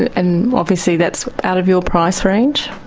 and obviously that's out of your price range?